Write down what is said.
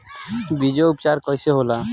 बीजो उपचार कईसे होला?